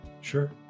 sure